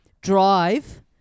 Drive